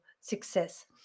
success